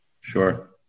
Sure